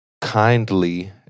kindly